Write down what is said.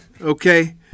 Okay